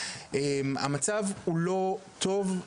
המצב הוא לא טוב.